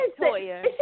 Toya